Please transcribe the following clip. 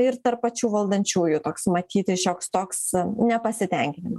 ir tarp pačių valdančiųjų toks matyti šioks toks nepasitenkinimas